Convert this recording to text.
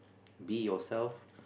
be it yourself